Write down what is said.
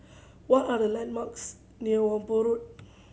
what are the landmarks near Whampoa Road